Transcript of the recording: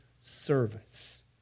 service